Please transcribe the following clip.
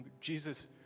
Jesus